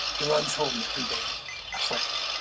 he runs home every day afraid